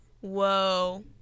Whoa